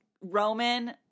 Roman